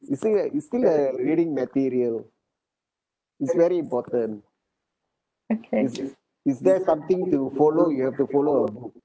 it's still a it's still a reading material is very important okay is is there something to follow you have to follow a book